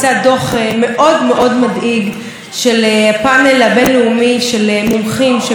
הבין-לאומי של מומחים שמינה האו"ם בנושא שינויי אקלים,